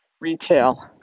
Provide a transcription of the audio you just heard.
retail